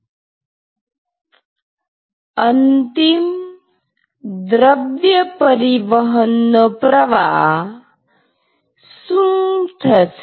અંતિમ દ્રવ્ય પરિવહન નો પ્રવાહ શું થશે